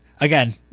again